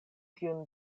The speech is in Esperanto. tiun